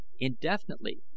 indefinitely